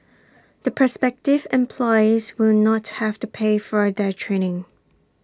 the prospective employees will not have to pay for their training